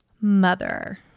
mother